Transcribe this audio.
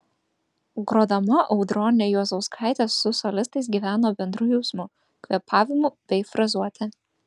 grodama audronė juozauskaitė su solistais gyveno bendru jausmu kvėpavimu bei frazuote